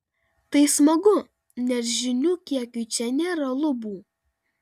tai smagu nes žinių kiekiui čia nėra lubų